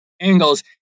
angles